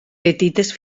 petites